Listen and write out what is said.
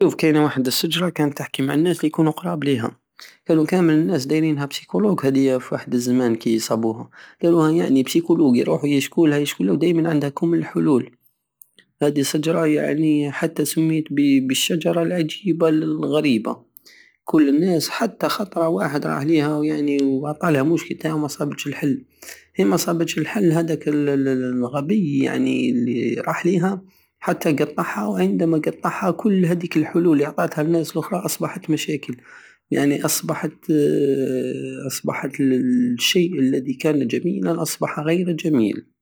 شوف كاين واحد الشجرة تحكي مع الناس الي كونو قراب ليها كانو كامل الناس دايرينها بسيكولوك هدية في واحد الزمان كي صابوها داروها يعني بسيكولوك يروحو يشكولها ودايمن عندها كل الحلول هدي الشجرة هي هي يعن حتى سميت بالشجرة العجيبة الغريبة كل الناس حتى خطرة واحد راح ليها وعطاها المشكل تاعو وماصابتش الحل كي ماصابتش الحل هداك ال ال- الغبي ال- الي راح ليها حتى قطعها وعندما قطعها كل هاديك الحلول الي اعطاتها للناس لخرى اصبحت مشاكل يعني اصبحت- اصبحت الشيء الدي كان جميلا اصبح غير جميل